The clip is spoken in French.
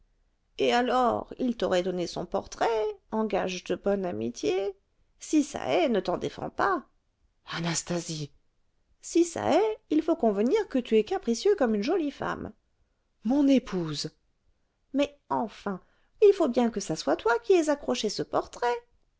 et alors il t'aurait donné son portrait en gage de bonne amitié si ça est ne t'en défends pas anastasie si ça est il faut convenir que tu es capricieux comme une jolie femme mon épouse mais enfin il faut bien que ça soit toi qui aies accroché ce portrait